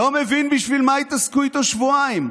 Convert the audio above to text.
לא מבין בשביל מה התעסקו איתו שבועיים.